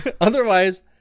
otherwise